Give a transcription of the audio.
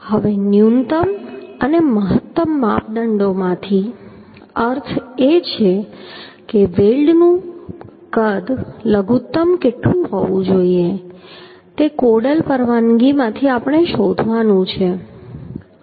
હવે ન્યૂનતમ અને મહત્તમ માપદંડોમાંથી અર્થ એ છે કે વેલ્ડનું લઘુત્તમ કદ કેટલું હોવું જોઈએ તે કોડલ પરવાનગીમાંથી આપણે શોધવાનું છે